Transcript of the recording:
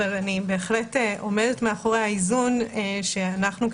אני בהחלט עומדת מאחורי האיזון שאנחנו,